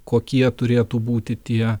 kokie turėtų būti tie